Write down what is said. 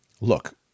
look